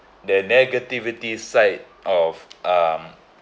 the negativity side of um